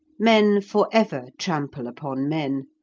men for ever trample upon men,